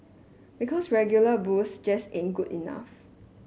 because regular booze just in good enough